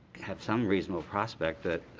have some reasonable prospect that